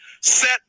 set